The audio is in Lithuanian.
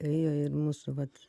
ėjo ir mūsų vat